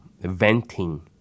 venting